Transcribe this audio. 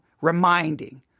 reminding